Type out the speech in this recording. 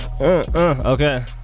Okay